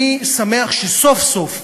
אני שמח שסוף-סוף,